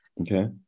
Okay